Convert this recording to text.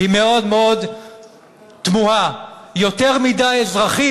היא מאוד מאוד תמוהה: יותר מדי אזרחים